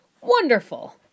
Wonderful